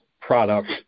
product